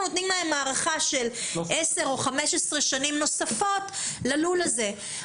נותנים להם הארכה של 10 או 15 שנים נוספות ללול הזה.